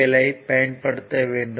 L ஐ பயன்படுத்துவோம்